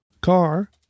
car